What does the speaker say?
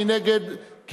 מי נגד?